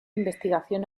investigación